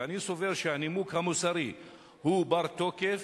ואני סובר שהנימוק המוסרי הוא בר-תוקף.